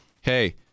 Hey